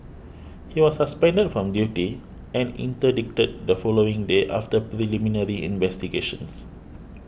he was suspended from duty and interdicted the following day after preliminary investigations